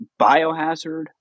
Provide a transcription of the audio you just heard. Biohazard